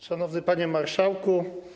Szanowny Panie Marszałku!